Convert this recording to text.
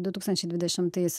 du tūkstančiai dvidešimtais